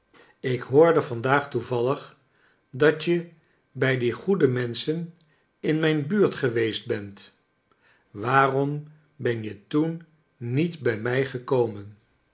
ik hoorde vandaag toevallig dat je bij die goede menschen in mijn buurt geweest bent waarom ben je toen niet bij mij gekomen